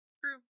True